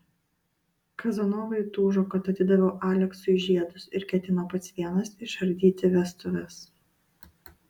kazanova įtūžo kad atidaviau aleksui žiedus ir ketino pats vienas išardyti vestuves